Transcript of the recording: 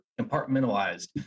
compartmentalized